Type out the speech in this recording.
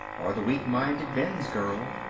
or the weak-minded binns girl.